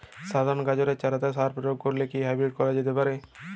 সাধারণ গাজরের চারাতে সার প্রয়োগ করে কি হাইব্রীড করা যেতে পারে?